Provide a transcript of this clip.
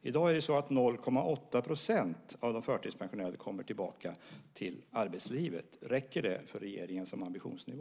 I dag kommer 0,8 % av de förtidspensionerade tillbaka till arbetslivet. Räcker det för regeringen som ambitionsnivå?